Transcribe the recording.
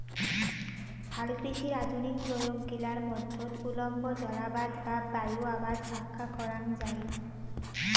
হালকৃষির আধুনিক প্রয়োগ গিলার মধ্যত উল্লম্ব জলআবাদ বা বায়ু আবাদ ভাক্কা করাঙ যাই